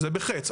זה בחץ.